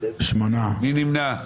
מי נמנע?